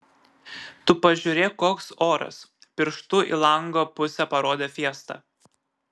tu pažiūrėk koks oras pirštu į lango pusę parodė fiesta